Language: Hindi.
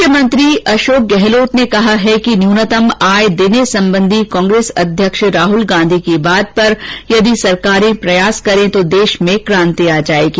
मुख्यमंत्री अशोक गहलोत ने कहा है कि न्यूनतम आय देने संबंधी कांग्रेस अध्यक्ष राहुल गांधी की बात पर यदि सरकारें प्रयास करें तो देष में कांति आ जायेगी